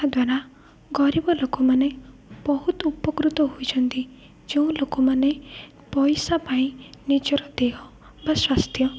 ଏହାଦ୍ୱାରା ଗରିବ ଲୋକମାନେ ବହୁତ ଉପକୃତ ହୋଇଛନ୍ତି ଯେଉଁ ଲୋକମାନେ ପଇସା ପାଇଁ ନିଜର ଦେହ ବା ସ୍ୱାସ୍ଥ୍ୟ